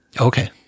Okay